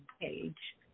page